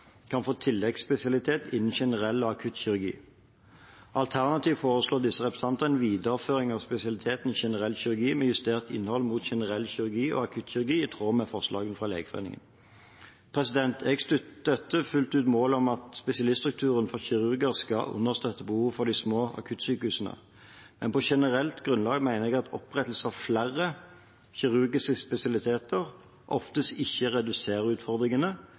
kan få tilleggsspesialitet innen generell og akutt kirurgi. Alternativt foreslår disse representantene en videreføring av spesialiteten i generell kirurgi med justert innhold mot generell kirurgi og akutt kirurgi, i tråd med forslaget fra Legeforeningen. Jeg støtter fullt ut målet om at spesialiststrukturen for kirurger skal understøtte behovet for de små akuttsykehusene, men på generelt grunnlag mener jeg at opprettelse av flere kirurgiske spesialiteter oftest ikke reduserer utfordringene,